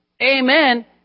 amen